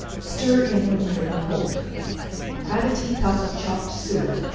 stir in when nearly cold add a tea-cup of chopped suet,